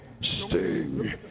Sting